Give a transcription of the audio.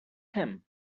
him